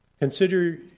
Consider